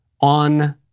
on